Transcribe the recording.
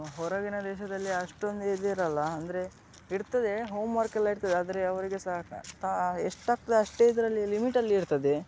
ಹೊರಗಿನ ದೇಶದಲ್ಲಿ ಅಷ್ಟೊಂದು ಇದಿರೋಲ್ಲ ಅಂದರೆ ಇರ್ತದೆ ಹೋಮ್ ವರ್ಕೆಲ್ಲ ಇರ್ತದೆ ಆದರೆ ಅವರಿಗೆ ಸಹ ಕಾ ಎಷ್ಟಾಗ್ತದೆ ಅಷ್ಟೇ ಇದರಲ್ಲಿ ಲಿಮಿಟಲ್ಲಿರ್ತದೆ